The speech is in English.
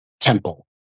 temple